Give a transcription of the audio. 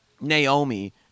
Naomi